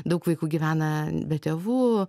daug vaikų gyvena be tėvų